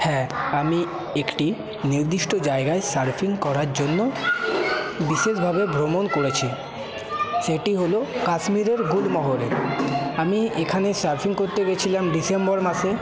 হ্যাঁ আমি একটি নির্দিষ্ট জায়গায় সার্ফিং করার জন্য বিশেষভাবে ভ্রমণ করেছি সেটি হল কাশ্মীরের গুলমহরে আমি এখানে সার্ফিং করতে গেছিলাম ডিসেম্বর মাসে